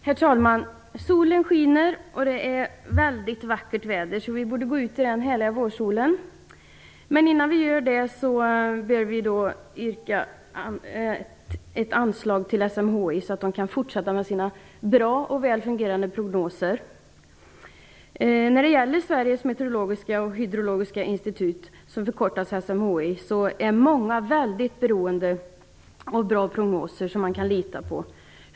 Herr talman! Solen skiner, och det är väldigt vackert väder, så vi borde gå ut i den härliga vårsolen. Men innan vi gör det behöver vi besluta om ett anslag till SMHI så att det kan fortsätta med sina bra och välfungerande prognoser. Många är väldigt beroende av bra prognoser av SMHI.